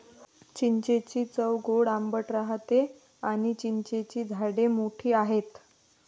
चिंचेची चव गोड आंबट राहते आणी चिंचेची झाडे मोठी आहेत